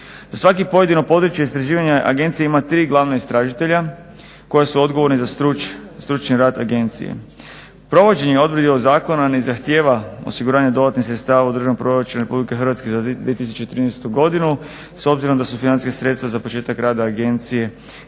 Za svako pojedino područje istraživanja agencija ima tri glavna istražitelja koja su odgovorna za stručni rad agencije. Provođenje odredbi ovog zakona ne zahtjeva osiguranje dodatnih sredstava u državnom proračunu RH za 2013. godinu s obzirom da su financijska sredstva za početak rada Agencije